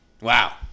Wow